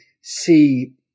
see